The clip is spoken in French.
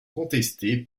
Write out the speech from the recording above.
contestée